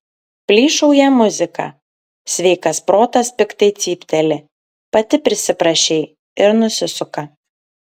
plyšauja muzika sveikas protas piktai cypteli pati prisiprašei ir nusisuka